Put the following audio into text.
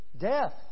death